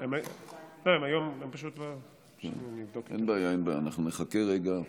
פשוט בגלל שהביאו ילדים,